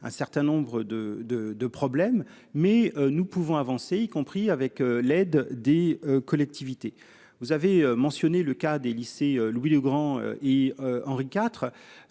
un certain nombre de de de problèmes mais nous pouvons avancer, y compris avec l'aide des collectivités, vous avez mentionné le cas des lycées Louis-le-Grand et Henri IV